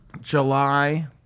July